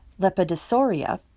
Lepidosauria